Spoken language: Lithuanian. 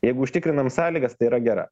jeigu užtikrinam sąlygas tai yra gera